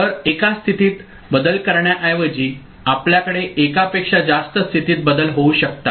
तर एका स्थितीत बदल करण्याऐवजी आपल्याकडे एकापेक्षा जास्त स्थितीत बदल होऊ शकतात